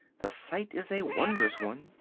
the sight is a wondrous one.